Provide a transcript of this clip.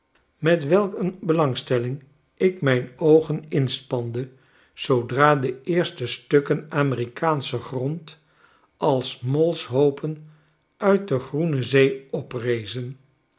met welk een belangstelling ik mijn oogen inspande zoodra de eerste stukken amerikaanschen grond als molshoopen uit degroenezee oprezen